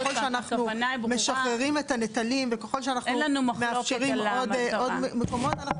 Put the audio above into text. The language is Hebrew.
ככל שאנחנו משחררים את הנטל וככל שאנחנו מאפשרים עוד מקומות אנחנו